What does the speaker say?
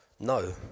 No